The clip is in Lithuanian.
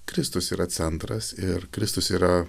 kristus yra centras ir kristus yra